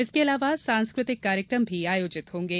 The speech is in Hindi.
इसके अलावा सांस्कृतिक कार्यकम भी आयोजित होंगे